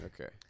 okay